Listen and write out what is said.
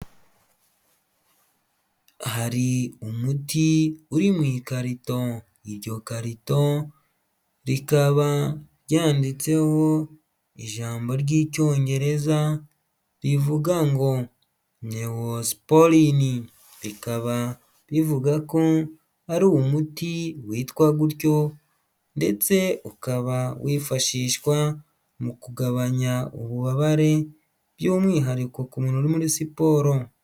Hari umuti uri mu ikarito, iryo karito rikaba ryanditseho ijambo ry'icyongereza, rivuga ngo Neospolin, rikaba rivuga ko ari umuti witwa gutyo ndetse ukaba wifashishwa mu kugabanya ububabare, by'umwihariko ku muntu uri muri siporo.